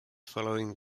following